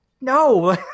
no